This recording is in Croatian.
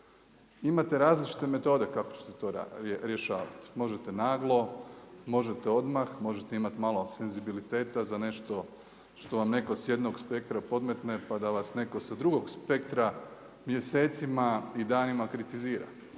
Imate različite metode kako ćete to rješavati, možete naglo, možete odmah, možete imati malo senzibiliteta za nešto što vam netko s jednog spektra podmetne pa da vas netko s drugog spektra mjesecima i danima kritizira.